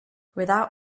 without